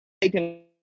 taking